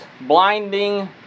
blinding